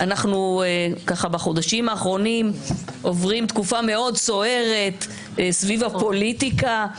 בחודשים האחרונים אנחנו עוברים תקופה מאוד סוערת סביב הפוליטיקה,